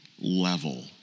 level